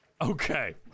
okay